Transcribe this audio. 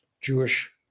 Jewish